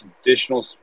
additional